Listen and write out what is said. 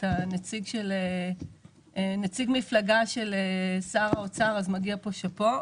אתה נציג מפלגה של שר האוצר, לכן מגיע פה שאפו.